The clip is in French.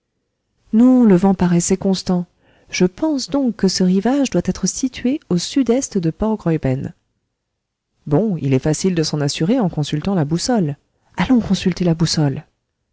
non le vent paraissait constant je pense donc que ce rivage doit être situé au sud-est de port graüben bon il est facile de s'en assurer en consultant la boussole allons consulter la boussole